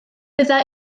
bydda